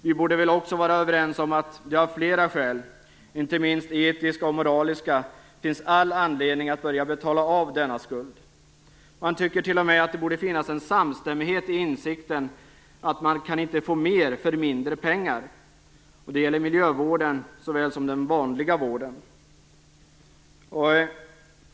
Vi borde också vara överens om att det av flera skäl - inte minst etiska och moraliska - finns all anledning att börja betala av denna skuld. Man tycker t.o.m. att det borde finnas en samstämmighet i insikten att man inte kan få mer för mindre pengar. Det gäller miljövården såväl som den vanliga vården.